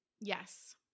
Yes